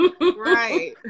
Right